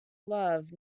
love